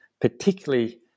particularly